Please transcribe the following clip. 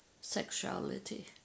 sexuality